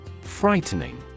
Frightening